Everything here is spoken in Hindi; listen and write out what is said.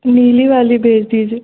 नीली वाली भेज दीजिए